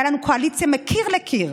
הייתה לנו קואליציה מקיר לקיר: